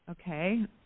Okay